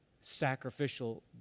sacrificial